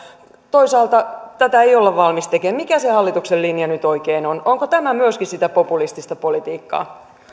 toisaalta tätä ei olla valmiita tekemään mikä se hallituksen linja nyt oikein on onko myöskin tämä sitä populistista politiikkaa